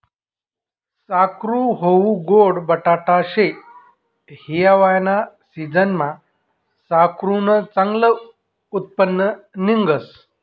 साकरू हाऊ गोड बटाटा शे, हिवायाना सिजनमा साकरुनं चांगलं उत्पन्न निंघस